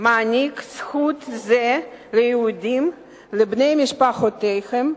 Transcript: מעניק זכות זו ליהודים, לבני משפחותיהם,